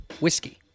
whiskey